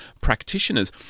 practitioners